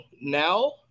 now